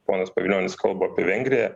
ponas pavilionis kalba apie vengriją